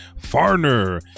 farner